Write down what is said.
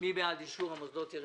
13-344-19. מי בעד אישור מוסדות ציבור,